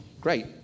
great